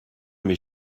mes